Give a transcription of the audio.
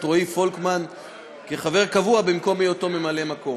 רועי פולקמן כחבר קבוע במקום ממלא-מקום.